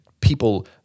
people